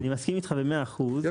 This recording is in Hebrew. אני מסכים איתך מאה אחוז,